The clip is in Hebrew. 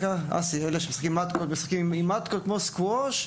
אנשים שמשחקים משחק שדומה לסקווש,